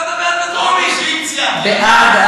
בעד,